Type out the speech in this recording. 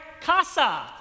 casa